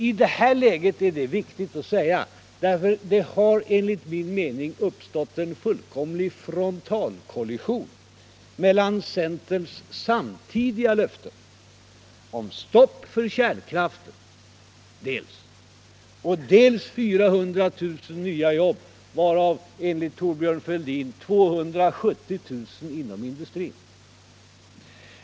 I det här läget är detta viktigt att säga, därför att det har enligt min mening uppstått en fullkomlig frontalkollision mellan centerns samtidiga löften om dels stopp för kärnkraften, dels 400 000 nya jobb, varav enligt Thorbjörn Fälldin 270 000 inom industrin.